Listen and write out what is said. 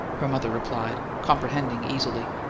her mother replied, comprehending easily.